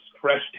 fresh